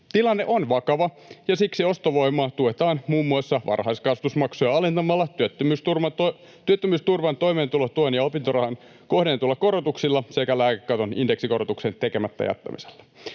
Tilanne on vakava, ja siksi ostovoimaa tuetaan muun muassa varhaiskasvatusmaksuja alentamalla, työttömyysturvan, toimeentulotuen ja opintorahan kohdennetuilla korotuksilla sekä lääkekaton indeksikorotuksen tekemättä jättämisellä.